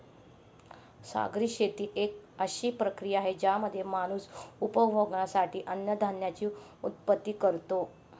सागरी शेती एक अशी प्रक्रिया आहे ज्यामध्ये माणूस उपभोगासाठी अन्नधान्याची उत्पत्ति करतो